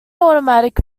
automatic